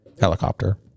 Helicopter